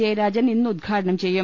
ജ യരാജൻ ഇന്ന് ഉദ്ഘാടനം ചെയ്യും